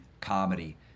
comedy